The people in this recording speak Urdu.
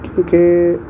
کیونکہ